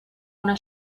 una